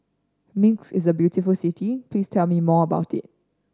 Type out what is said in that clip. Minsk is a beautiful city Please tell me more about it